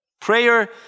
Prayer